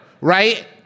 right